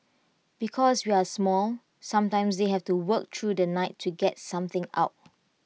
because we are small sometimes they have to work through the night to get something out